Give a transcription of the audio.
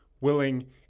willing